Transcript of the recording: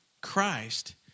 Christ